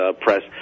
press